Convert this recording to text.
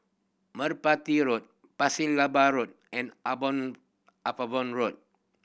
Merpati Road Pasir Laba Road and Upavon Road